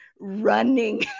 running